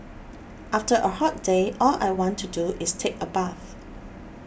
after a hot day all I want to do is take a bath